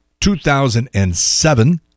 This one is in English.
2007